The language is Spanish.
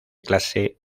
clase